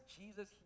Jesus